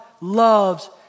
loves